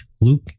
Luke